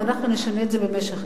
ואנחנו נשנה את זה במשך,